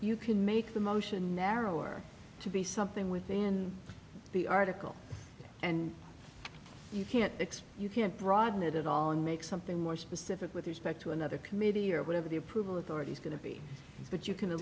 you can make the motion narrower to be something within the article and you can't explain you can't broaden it at all and make something more specific with respect to another committee or whatever the approval it already is going to be but you can